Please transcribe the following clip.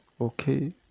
okay